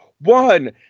one